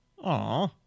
Aw